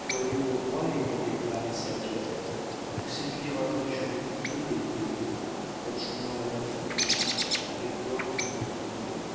ou aller au roi et lui déclarer sa dette ou séduire un riche banquier et payer en jouant à la bourse avec l'or qu'il lui donnerait